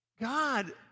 God